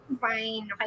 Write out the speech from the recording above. Fine